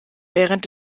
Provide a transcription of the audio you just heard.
während